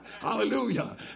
Hallelujah